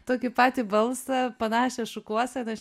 tokį patį balsą panašią šukuoseną aš